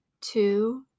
two